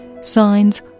signs